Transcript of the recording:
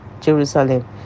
Jerusalem